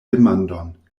demandon